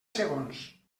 segons